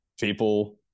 people